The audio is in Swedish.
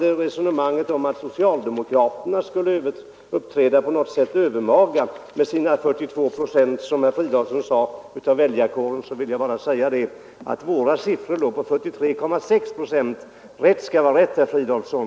Till resonemanget om att socialdemokraterna med sina 42 procent av väljarkåren, som herr Fridolfsson sade, på något sätt skulle uppträda övermaga vill jag bara säga att siffran var 43,6 procent. Rätt skall vara rätt, herr Fridolfsson.